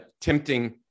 tempting